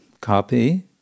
copy